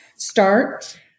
start